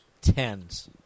tens